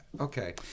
okay